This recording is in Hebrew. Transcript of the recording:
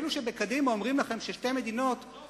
אלו בקדימה אומרים לכם ששתי מדינות,